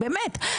באמת.